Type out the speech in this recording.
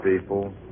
people